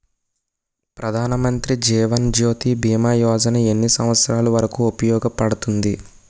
ప్రధాన్ మంత్రి జీవన్ జ్యోతి భీమా యోజన ఎన్ని సంవత్సారాలు వరకు ఉపయోగపడుతుంది?